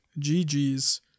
GG's